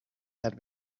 had